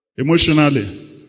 Emotionally